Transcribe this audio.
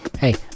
Hey